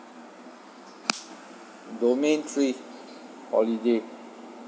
domain three holiday